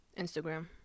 instagram